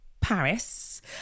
Paris